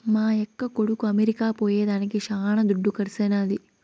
మా యక్క కొడుకు అమెరికా పోయేదానికి శానా దుడ్డు కర్సైనాది